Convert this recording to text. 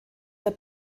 der